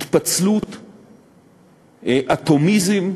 התפצלות, אטומיזם,